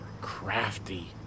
crafty